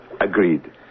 Agreed